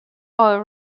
are